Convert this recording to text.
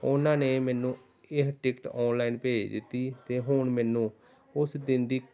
ਉਹਨਾਂ ਨੇ ਮੈਨੂੰ ਇਹ ਟਿਕਟ ਔਨਲਾਈਨ ਭੇਜ ਦਿੱਤੀ ਅਤੇ ਹੁਣ ਮੈਨੂੰ ਉਸ ਦਿਨ ਦੀ